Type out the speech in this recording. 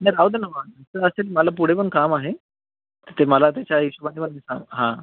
नाही राहू दे ना मग जसं असेल मला पुढे पण काम आहे ते मला त्याच्या हिशेबाने पण सांगा हां